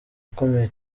akomeye